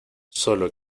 solo